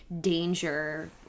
danger